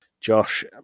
Josh